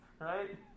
right